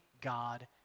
God